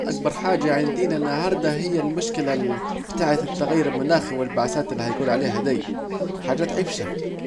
أكبر مشكلة عندينا انهارده هي المشكلة بتاعت التغير المناخي والانبعاسات الي هيجولوا عليها ديه